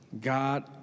God